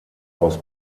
aus